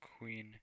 Queen